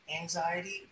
anxiety